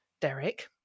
Derek